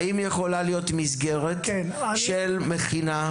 האם יכולה להיות מסגרת של מכינה,